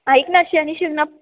ऐक ना शनिशिंगणा